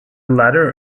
latter